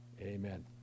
Amen